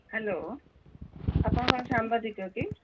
hello ଆପଣ କ'ଣ ସାମ୍ବାଦିକ କି